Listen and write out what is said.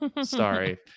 sorry